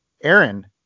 aaron